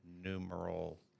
numeral